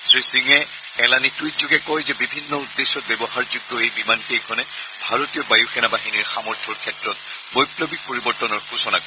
শ্ৰীসিঙে এলানি টুইটযোগে কয় যে বিভিন্ন উদ্দেশ্যত ব্যৱহাৰযোগ্য এই বিমান কেইখনে ভাৰতীয় বায়ুসেনা বাহিনীৰ সামৰ্থ্যৰ ক্ষেত্ৰত বৈশ্লৱিক পৰিৱৰ্তনৰ সূচনা কৰিব